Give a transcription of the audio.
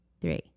three